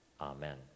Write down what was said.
Amen